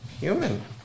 human